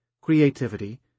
creativity